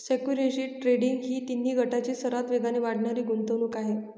securities trading ही तिन्ही गटांची सर्वात वेगाने वाढणारी गुंतवणूक आहे